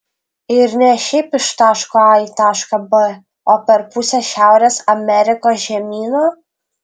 ir ne šiaip iš taško a į tašką b o per pusę šiaurės amerikos žemyno